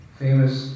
famous